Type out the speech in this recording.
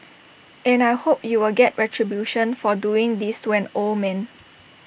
and I hope U will get retribution for doing this to an old man